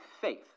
faith